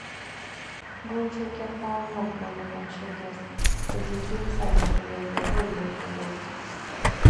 gaučiui kiek maloniau paliko ant širdies bet jis visai neturėjo jėgų ilgiau tuo džiaugtis